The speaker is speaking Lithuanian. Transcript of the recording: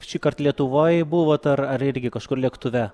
šįkart lietuvoj buvot ar ar irgi kažkur lėktuve